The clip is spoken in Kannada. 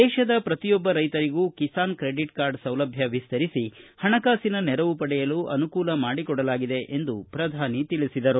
ದೇಶದ ಪ್ರತಿಯೊಬ್ಬ ರೈತರಿಗೂ ಕಿಸಾನ್ ಕ್ರೆಡಿಟ್ ಕಾರ್ಡ್ ಸೌಲಭ್ಯ ವಿಸ್ತರಿಸಿ ಹಣಕಾಸಿನ ನೆರವು ಪಡೆಯಲು ಅನುಕೂಲ ಮಾಡಿಕೊಡಲಾಗಿದೆ ಎಂದು ಪ್ರಧಾನಿ ತಿಳಿಸಿದರು